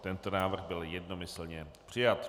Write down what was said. Tento návrh byl jednomyslně přijat.